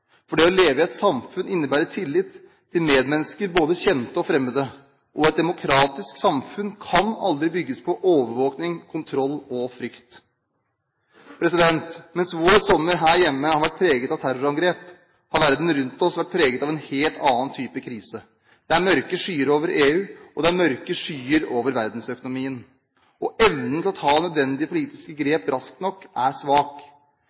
for det å leve i et samfunn innebærer tillit til medmennesker, både kjente og fremmede. Et demokratisk samfunn kan aldri bygges på overvåkning, kontroll og frykt. Mens vår sommer her hjemme har vært preget av terrorangrep, har verden rundt oss vært preget av en helt annen type krise. Det er mørke skyer over EU, og det er mørke skyer over verdensøkonomien. Evnen til å ta nødvendige politiske grep raskt nok er svak.